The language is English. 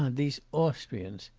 um these austrians!